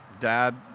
Dad